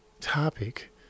topic